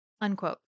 Unquote